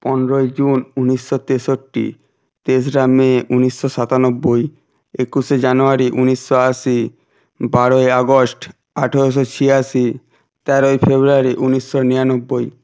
পনেরোই জুন উনিশশো তেষট্টি তেসরা মে উনিশশো সাতানব্বই একুশে জানুয়ারি উনিশশো আশি বারোই আগস্ট আঠারোশো ছিয়াশি তেরোই ফেব্রুয়ারি উনিশশো নিরানব্বই